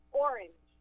orange